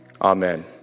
Amen